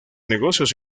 negocios